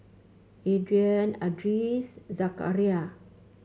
Aryan Idris Zakaria